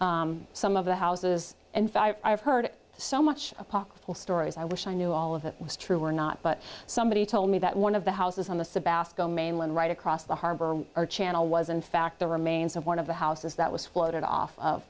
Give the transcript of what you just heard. some of the houses and i've heard so much apocryphal stories i wish i knew all of it was true or not but somebody told me that one of the houses on the mainland right across the harbor or channel was in fact the remains of one of the houses that was floated off